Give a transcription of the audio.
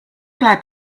glad